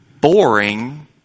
boring